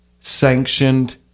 sanctioned